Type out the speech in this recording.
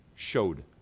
showed